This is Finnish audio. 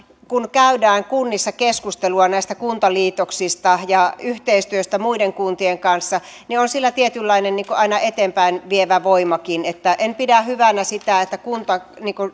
käydään kunnissa keskustelua näistä kuntaliitoksista ja yhteistyöstä muiden kuntien kanssa on tietynlainen aina eteenpäinvievä voimakin en pidä hyvänä sitä että kunta